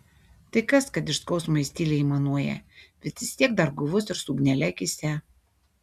tai kas kad iš skausmo jis tyliai aimanuoja bet vis tiek dar guvus ir su ugnele akyse